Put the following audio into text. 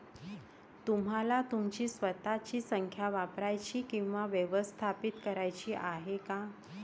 तुम्हाला तुमची स्वतःची संख्या वापरायची किंवा व्यवस्थापित करायची आहे का?